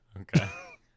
Okay